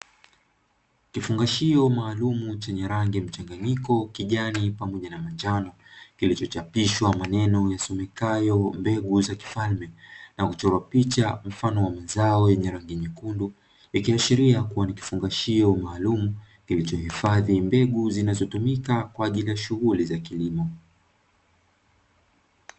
Kifungashio maalumu chenye rangi mchanganyiko kijani pamoja na manjano, kilichochapishwa maneno yasomekayo mbegu za kifalme, na kuchorwa picha mfano wa mazao yenye rangi nyekundu, ikiashiria kuwa ni kifungashio maalumu kilichohifadhi mbegu zinazotumika kwa ajili ya shughuli ya kilimo.